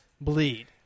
bleed